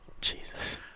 Jesus